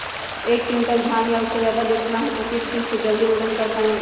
एक क्विंटल धान या उससे ज्यादा बेचना हो तो किस चीज से जल्दी वजन कर पायेंगे?